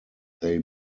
they